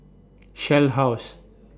Shell House